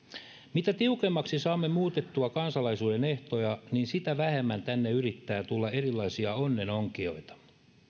mitä tiukemmaksi saamme muutettua kansalaisuuden ehtoja sitä vähemmän tänne yrittää tulla erilaisia onnenonkijoita